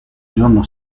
giorno